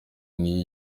niyo